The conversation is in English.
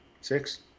Six